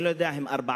אני לא יודע אם ארבעה,